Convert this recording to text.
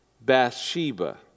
Bathsheba